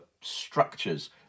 structures